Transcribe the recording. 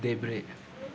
देब्रे